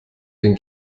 den